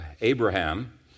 Abraham